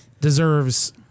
deserves